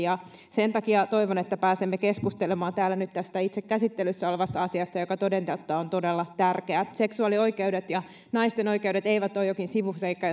ja sen takia toivon että pääsemme keskustelemaan täällä nyt tästä itse käsittelyssä olevasta asiasta joka toden totta on todella tärkeä seksuaalioikeudet ja naisten oikeudet eivät ole jokin sivuseikka